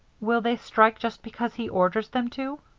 will they strike just because he orders them to?